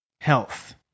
Health